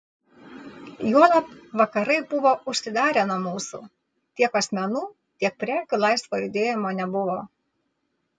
juolab vakarai buvo užsidarę nuo mūsų tiek asmenų tiek prekių laisvo judėjimo nebuvo